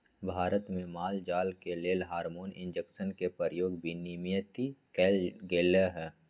भारत में माल जाल के लेल हार्मोन इंजेक्शन के प्रयोग विनियमित कएल गेलई ह